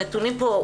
הנתונים פה,